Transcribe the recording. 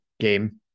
game